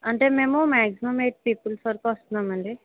అంటే మేము maximum eight peoples వరకు వస్తున్నామండి